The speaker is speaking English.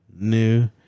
new